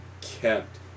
kept